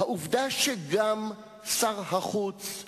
היה שר האוצר